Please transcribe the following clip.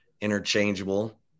interchangeable